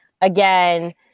again